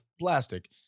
plastic